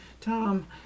Tom